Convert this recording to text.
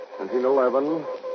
1911